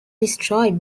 destroyed